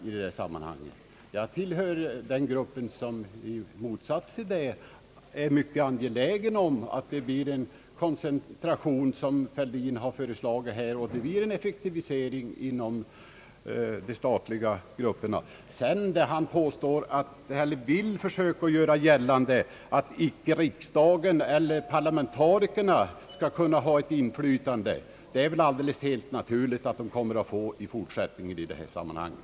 I motsats till den gruppen är jag mycket angelägen om en koncentration av det slag, som herr Fälldin här föreslagit om en effektivisering inom de statliga grupperna. När herr Fälldin vill försöka göra gällande, att riksdagen eller parlamentarikerna här skulle kunna ha inflytande, så måste det vara fel. Det är väl helt naturligt att de i fortsättningen får det.